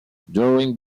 during